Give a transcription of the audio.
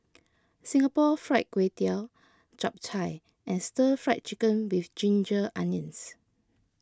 Singapore Fried Kway Tiao Chap Chai and Stir Fried Chicken with Ginger Onions